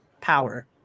power